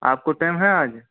आपको टाइम है आज